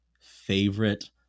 favorite